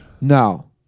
No